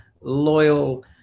loyal